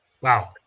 wow